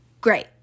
Great